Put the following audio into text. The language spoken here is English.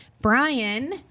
Brian